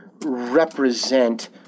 represent